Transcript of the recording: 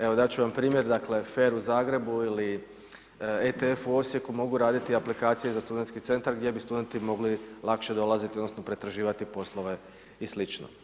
Evo dat ću vam primjer, dakle FER u Zagrebu ili ETF u Osijeku mogu raditi aplikacije za studentski centar gdje bi studenti mogli lakše dolaziti odnosno pretraživati poslove i slično.